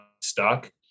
stuck